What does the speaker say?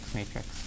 matrix